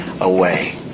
away